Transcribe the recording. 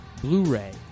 blu-ray